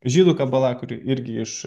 žydų kabala kuri irgi iš